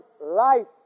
life